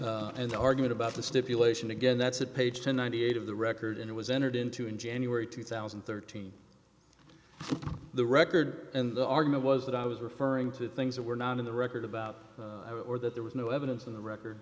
made and the argument about the stipulation again that's a page to ninety eight of the record and it was entered into in january two thousand and thirteen the record and the argument was that i was referring to things that were not in the record about or that there was no evidence on the record